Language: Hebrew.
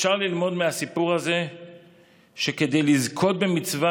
אפשר ללמוד מהסיפור הזה שכדי לזכות במצווה